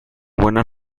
buena